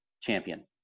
champion